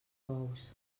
bous